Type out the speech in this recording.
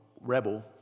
rebel